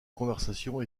conversation